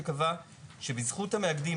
שקבע שבזכות המאגדים,